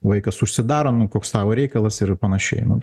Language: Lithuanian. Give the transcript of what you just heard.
vaikas užsidaro nu koks tavo reikalas ir panašiai nu